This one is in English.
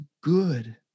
good